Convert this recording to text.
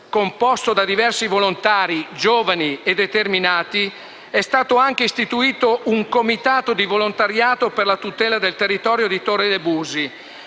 Composto da diversi volontari, giovani e determinati, è stato anche istituito il Comitato di volontariato per la tutela del territorio di Torre de' Busi,